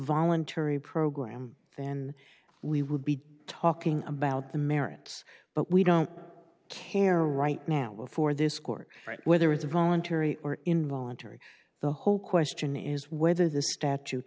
voluntary program then we would be talking about the merits but we don't care right now before this court right whether it's voluntary or involuntary the whole question is whether this statute